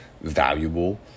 valuable